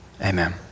Amen